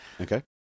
Okay